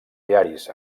diaris